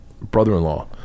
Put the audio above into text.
brother-in-law